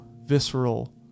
visceral